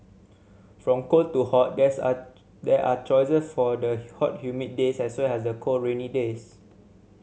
from cold to hot there's are there are choices for the hot humid days as well as the cold rainy days